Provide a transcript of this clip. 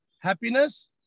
happiness